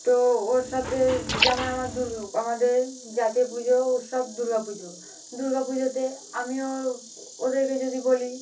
তো ওর সাথে যেমন আমার দুর্গ আমাদের জাতীয় পুজো উৎসব দুর্গা পুজো দুর্গা পুজোতে আমিও ওদেরকে যদি বলি